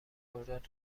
خرداد